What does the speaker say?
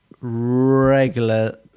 regular